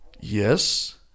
Yes